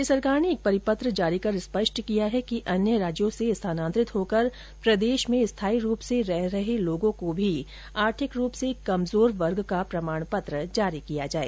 राज्य सरकार ने एक परिपत्र जारी कर स्पष्ट किया है कि अन्य राज्यों से स्थानांतरित होकर प्रदेश में स्थायी रूप से रह रहे लोगों को भी आर्थिक रूप से कमजोर वर्ग का प्रमाण पत्र जारी किया जाए